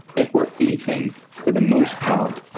if we're eating, for the most part,